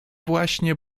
właśnie